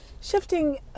shifting